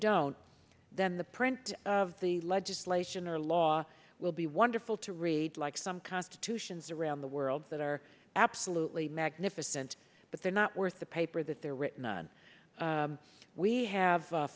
don't then the print of the legislation or law will be wonderful to read like some constitutions around the world that are absolutely magnificent but they're not worth the paper that they're written on we have